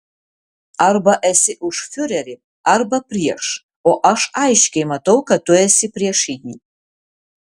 arba esi už fiurerį arba prieš o aš aiškiai matau kad tu esi prieš jį